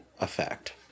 effect